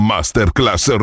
Masterclass